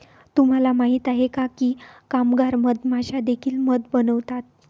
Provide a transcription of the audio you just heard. तुम्हाला माहित आहे का की कामगार मधमाश्या देखील मध बनवतात?